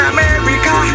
America